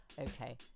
okay